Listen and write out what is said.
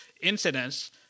incidents